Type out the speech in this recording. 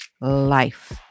life